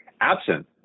absent